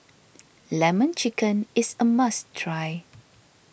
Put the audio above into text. Lemon Chicken is a must try